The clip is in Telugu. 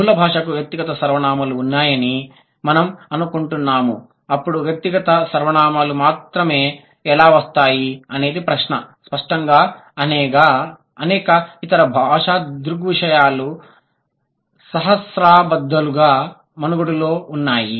మూల భాషకు వ్యక్తిగత సర్వనామాలు ఉన్నాయని మనం అనుకుంటాము అప్పుడు వ్యక్తిగత సర్వనామాలు మాత్రమే ఎలా వస్తాయి అనేది ప్రశ్న స్పష్టంగా అనేక ఇతర భాషా దృగ్విషయాలు సహస్రాబ్దాలుగా మనుగడలో ఉన్నాయి